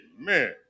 Amen